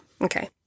Okay